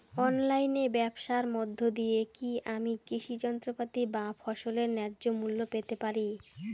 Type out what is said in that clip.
অনলাইনে ব্যাবসার মধ্য দিয়ে কী আমি কৃষি যন্ত্রপাতি বা ফসলের ন্যায্য মূল্য পেতে পারি?